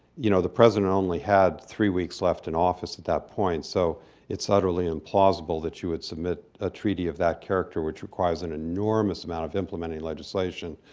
you know, the president only had three weeks left in office at that point, so it's utterly implausible that you would submit a treaty of that character, which requires an enormous amount of implementing legislation,